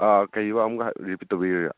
ꯑꯥ ꯀꯔꯤ ꯍꯥꯏꯕ ꯑꯃꯨꯛꯀ ꯔꯤꯄꯤꯠ ꯇꯧꯕꯤꯒꯦꯔꯥ